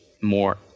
more